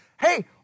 hey